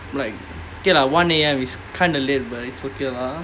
like K lah one A_M it's kind of late but it's okay lah